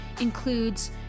includes